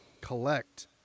collect